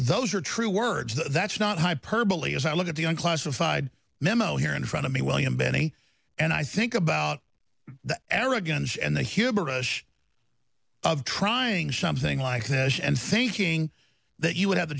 those are true words that's not hyperbole as i look at the classified memo here in front of me william benny and i think about the arrogance and hubris trying something like that and thinking that you would have the